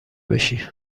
باشی